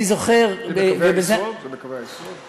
זה בקווי היסוד?